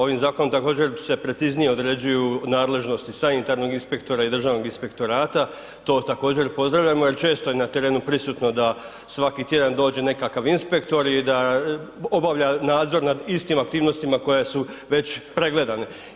Ovim Zakonom također se preciznije određuju nadležnosti sanitarnog inspektora i Državnog inspektorata, to također pozdravljamo, jer često je na terenu prisutno da svaki tjedan dođe nekakav inspektor i da obavlja nadzor nad istim aktivnostima koje su već pregledane.